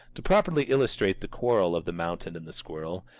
to properly illustrate the quarrel of the mountain and the squirrel,